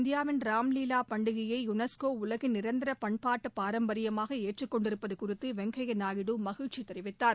இந்தியாவின் ராம் லீலா பண்டிகையை யூனெஸ்கோ உலகின் நிரந்திர பண்பாட்டு பாரம்பரியமாக ஏற்றுக்கொண்டிருப்பது குறித்து வெங்கய்யா நாயுடு மகிழச்சி தெரிவித்தார்